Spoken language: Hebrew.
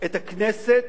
את הכנסת